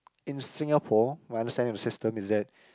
in Singapore I understand that the system is that